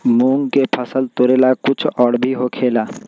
मूंग के फसल तोरेला कुछ और भी होखेला?